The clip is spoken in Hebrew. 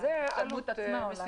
עלות עצמה עולה כסף.